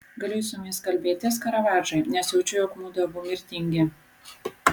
galiu su jumis kalbėtis karavadžai nes jaučiu jog mudu abu mirtingi